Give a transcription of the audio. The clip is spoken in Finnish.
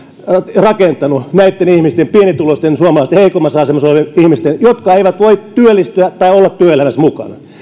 rakentanut näitten ihmisten pienituloisten suomalaisten heikoimmassa asemassa olevien ihmisten kohdalla jotka eivät voi työllistyä tai olla työelämässä mukana